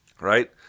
right